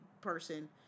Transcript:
person